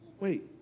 Wait